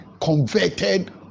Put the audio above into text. converted